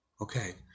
Okay